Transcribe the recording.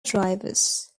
drivers